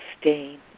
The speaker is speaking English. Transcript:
stain